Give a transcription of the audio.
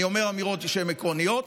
אני אומר אמירות עקרוניות,